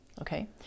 okay